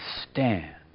stand